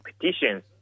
petitions